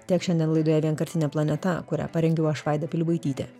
tiek šiandien laidoje vienkartinė planeta kurią parengiau aš vaida pilibaitytė